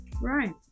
right